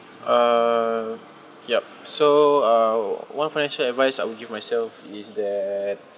uh yup so uh one financial advice I would give myself is that